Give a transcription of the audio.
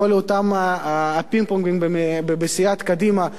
כל אותם הפינג-פונגים בסיעת קדימה.